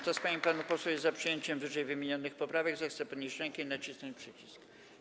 Kto z pań i panów posłów jest za przyjęciem ww. poprawek, zechce podnieść rękę i nacisnąć przycisk.